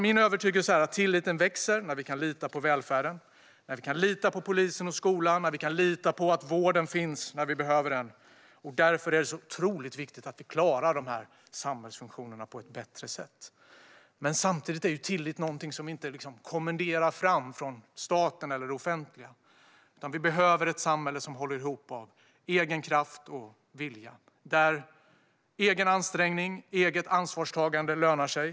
Min övertygelse är att tilliten växer när vi kan lita på välfärden, när vi kan lita på polisen och skolan och när vi kan lita på att vården finns när vi behöver den. Därför är det otroligt viktigt att vi klarar de här samhällsfunktionerna på ett bättre sätt. Samtidigt är tillit inte något som kan kommenderas fram från staten eller det offentliga. Vi behöver ett samhälle som håller ihop av egen kraft och vilja, där egen ansträngning och eget ansvarstagande lönar sig.